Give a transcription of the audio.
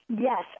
Yes